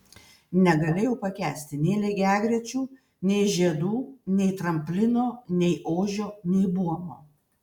negalėjau pakęsti nei lygiagrečių nei žiedų nei tramplino nei ožio nei buomo